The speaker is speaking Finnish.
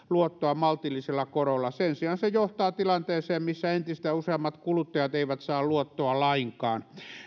luottoa maltillisella korolla sen sijaan se johtaa tilanteeseen missä entistä useammat kuluttajat eivät saa luottoa lainkaan